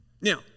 Now